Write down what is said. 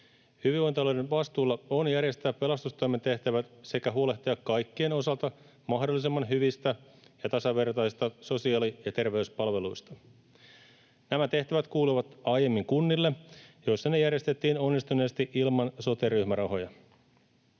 Hyvinvointialueiden vastuulla on järjestää pelastustoimen tehtävät sekä huolehtia kaikkien osalta mahdollisimman hyvistä ja tasavertaisista sosiaali‑ ja terveyspalveluista. Nämä tehtävät kuuluivat aiemmin kunnille, joissa ne järjestettiin onnistuneesti ilman sote-ryhmärahoja.